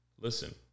Listen